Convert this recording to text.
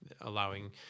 allowing